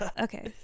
okay